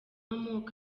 amoko